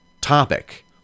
topic